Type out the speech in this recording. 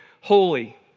holy